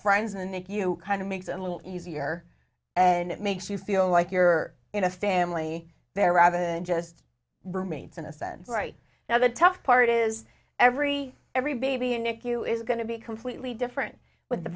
friends and that you kind of makes a little easier and it makes you feel like you're in a family there rather than just roommates in a sense right now the tough part is every every baby you nick you is going to be completely different with the